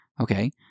Okay